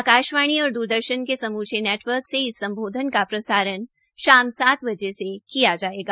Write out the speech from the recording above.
आकाशवाणी और द्रदर्शन के समूचे नेटवर्क से इस सम्बोधन का प्रसारण शाम सात बजे से किया जायेगा